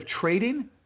trading